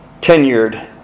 tenured